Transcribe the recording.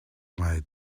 ngai